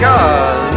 God